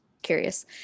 curious